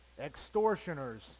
extortioners